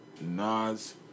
Nas